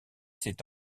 c’est